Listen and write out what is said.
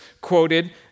quoted